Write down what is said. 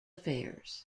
affairs